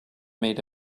made